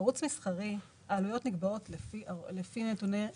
בערוץ מסחרי העלויות נקבעות לפי נתוני רייטינג.